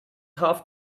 half